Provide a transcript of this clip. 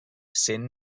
sent